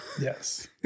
Yes